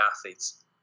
athletes